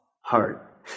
heart